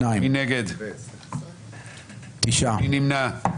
9 נגד, 1 נמנע.